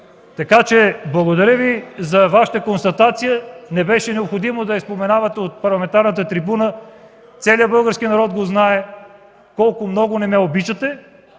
вярвам. Благодаря Ви за Вашата констатация. Не беше необходимо да я обявявате от парламентарната трибуна. Целият български народ знае колко много не ме обичате